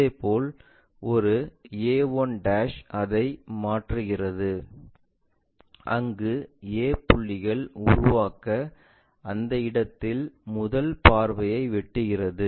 இதேபோல் ஒரு a1 அதை மாற்றுகிறது அங்கு a புள்ளிகள் உருவாக்க அந்த இடத்தில் முதல் பார்வையை வெட்டுகிறது